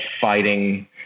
fighting